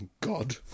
God